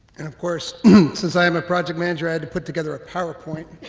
and of course since i am a project manager i had to put together a powerpoint.